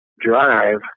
drive